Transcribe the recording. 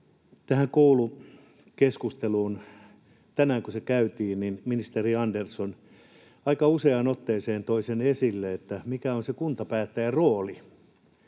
tähän koulukeskusteluun: Tänään, kun se käytiin, ministeri Andersson aika useaan otteeseen toi esille sen, mikä on se kuntapäättäjän rooli,